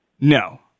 No